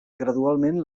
gradualment